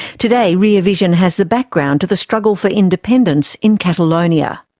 today rear vision has the background to the struggle for independence in catalonia.